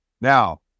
Now